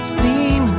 Steam